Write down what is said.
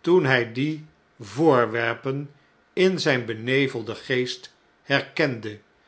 toen hij die voorwerpen in zgn benevelden geest herkende